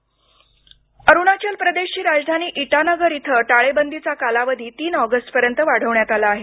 इटानगर टाळेबंदी अरुणाचल प्रदेशची राजधानी इटानगर इथं टाळेबंदीचा कालावधी तीन ऑगस्टपर्यंत वाढवण्यात आला आहे